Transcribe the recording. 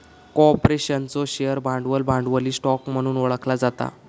कॉर्पोरेशनचो शेअर भांडवल, भांडवली स्टॉक म्हणून ओळखला जाता